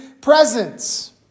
presence